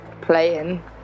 playing